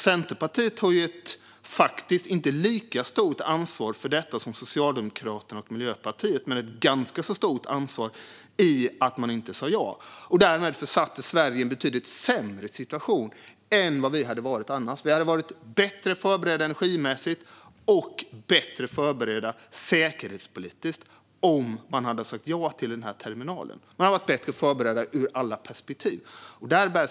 Centerpartiet har inte ett lika stort ansvar för detta som Socialdemokraterna och Miljöpartiet har. Men Centerpartiet har ett ganska stort ansvar för att man inte sa ja och att man därmed försatte Sverige i en betydligt sämre situation än vad Sverige annars hade varit i. Vi hade varit bättre förberedda energimässigt och bättre förberedda säkerhetspolitiskt om man hade sagt ja till denna terminal. Man hade varit bättre förberedd ur alla perspektiv.